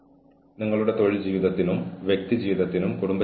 അവരിൽ നിന്ന് എന്താണ് പ്രതീക്ഷിക്കുന്നതെന്ന് ജീവനക്കാർ അറിഞ്ഞിരിക്കണം